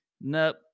Nope